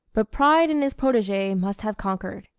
but pride in his protege must have conquered.